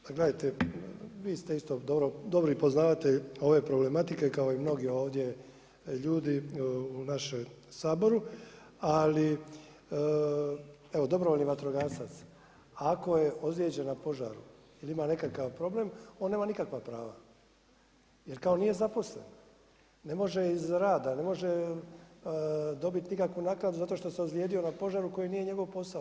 Pa gledajte, vi ste isto dobar poznavatelj ove problematike, kao i mnogi ovdje ljudi u našem Saboru, ali dobrovoljni vatrogasac, ako je ozlijeđen na požaru i ima nekakav problem, on nema nikakva prava, jer kao nije zaposlen, ne može iz rada, ne može, dobiti nikakvu naknadu, zato što se ozlijedio na požaru, koji nije njegov posao.